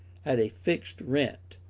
at a fixed rent,